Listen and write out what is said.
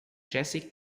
jessie